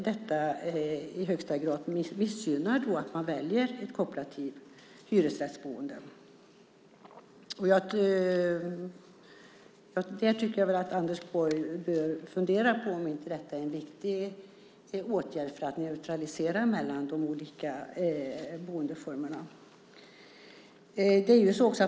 Detta missgynnar i högsta grad den kooperativa hyresrätten. Anders Borg bör fundera på om detta inte vore en viktig åtgärd för att neutralisera mellan de olika boendeformerna.